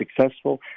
successful